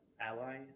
ally